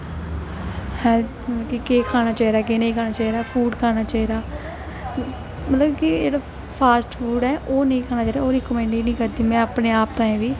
मतलब केह् खाना चाहिदा केह् नेईं खाना चाहिदा फ्रूट खाना चाहिदा मतलब कि जेह्ड़ा फास्ट फूड ऐ ओह् निं खाना चाहिदा ओह् रिकमैंड निं करदी में अपनें आप गी